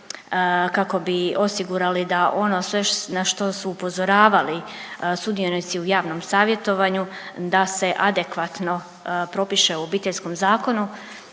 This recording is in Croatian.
kako bi osigurali da ono sve na što su upozoravali sudionici u javnom savjetovanju da se adekvatno propiše u Obiteljskom zakonu